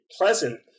pleasant